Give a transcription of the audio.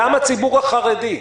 גם הציבור החרדי.